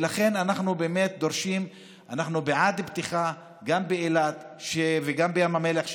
ולכן אנחנו בעד פתיחה גם באילת וגם בים המלח,